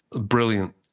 brilliant